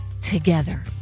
together